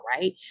right